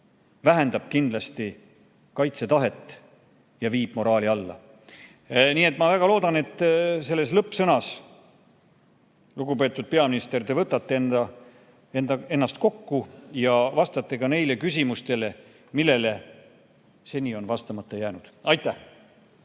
vähendab kindlasti kaitseväelaste kaitsetahet ja viib moraali alla. Ma väga loodan, et oma lõppsõnas, lugupeetud peaminister, te võtate ennast kokku ja vastate ka nendele küsimustele, millele seni on vastamata jäänud. Aitäh!